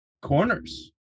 corners